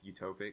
utopic